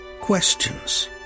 questions